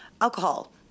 alcohol